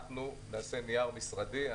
אנחנו נעשה נייר משרדי.